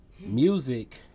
music